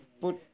put